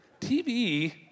TV